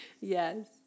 Yes